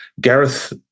Gareth